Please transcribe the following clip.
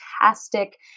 fantastic